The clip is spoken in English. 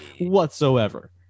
whatsoever